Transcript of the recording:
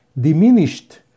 diminished